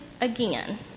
again